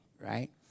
right